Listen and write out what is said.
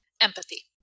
Empathy